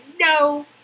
no